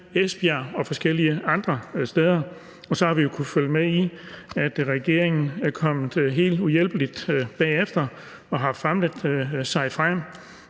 Esbjerg og forskellige andre steder. Og så har vi jo kunnet følge med i, at regeringen er kommet helt uhjælpelig bagefter og har famlet sig frem.